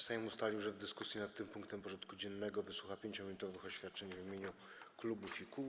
Sejm ustalił, że w dyskusji nad tym punktem porządku dziennego wysłucha 5-minutowych oświadczeń w imieniu klubów i kół.